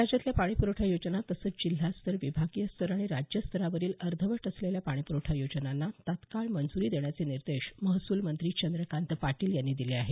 राज्यातल्या पाणी प्रवठा योजना तसंच जिल्हास्तर विभागीयस्तर आणि राज्य स्तरावरील अर्धवट असलेल्या पाणी प्रवठा योजनांना तात्काळ मंजूरी देण्याचे निर्देश महसूल मंत्री चंद्रकांत पाटील यांनी दिले आहेत